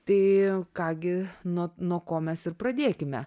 tai ką gi nuo nuo ko mes ir pradėkime